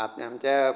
आप आमच्या